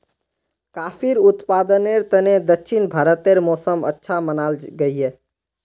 काफिर उत्पादनेर तने दक्षिण भारतेर मौसम अच्छा मनाल गहिये